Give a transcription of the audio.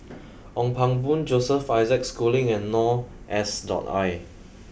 Ong Pang Boon Joseph Isaac Schooling and Noor S dot I